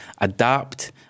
adapt